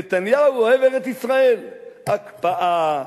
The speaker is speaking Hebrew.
נתניהו אוהב ארץ-ישראל הקפאה,